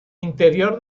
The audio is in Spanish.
interior